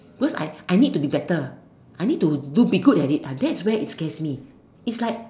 because I I need to be better I need to do be good at it ah that's where it scares me it's like